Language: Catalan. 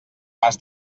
pas